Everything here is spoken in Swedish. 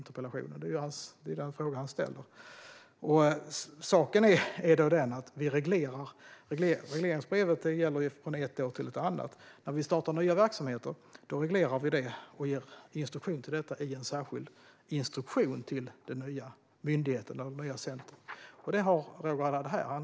Det är den fråga han ställer. Saken är att regleringsbrevet gäller från ett år till ett annat. När vi startar nya verksamheter reglerar vi dem och ger instruktioner i en särskild instruktion till den nya myndigheten eller det nya centrumet, och den har Roger Haddad här.